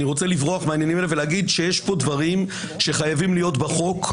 אני רוצה לברוח מהעניינים האלה ולהגיד שיש פה דברים שחייבים להיות בחוק,